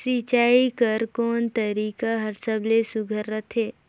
सिंचाई कर कोन तरीका हर सबले सुघ्घर रथे?